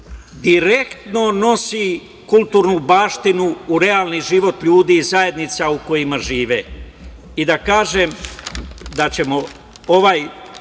direktno nosi kulturnu baštinu u realni život ljudi i zajednica u kojima žive. Da kažem da ćemo ovaj